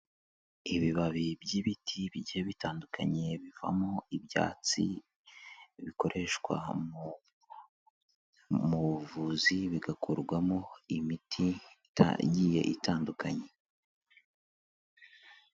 Ibibabi by'ibiti bigiye bitandukanye bivamo ibyatsi bikoreshwa mu mubuvuzi bigakorwamo imiti igiye itandukanye.